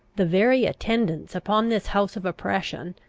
the very attendants upon this house of oppression,